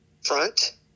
front